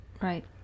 right